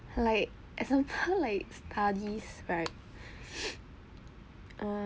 like example like studies right